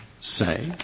say